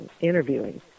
interviewing